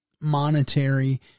monetary